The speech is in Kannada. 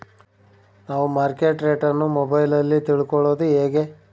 ನಾವು ಮಾರ್ಕೆಟ್ ರೇಟ್ ಅನ್ನು ಮೊಬೈಲಲ್ಲಿ ತಿಳ್ಕಳೋದು ಹೇಗೆ?